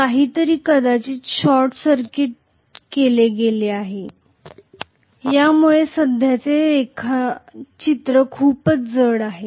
काहीतरी कदाचित short circuit केले गेले आहे त्यामुळे सध्याचे रेखाचित्र खूपच जड आहे